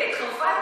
תגיד לי, התחרפנת?